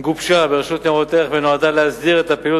גובשה ברשות לניירות ערך ונועדה להסדיר את הפעילות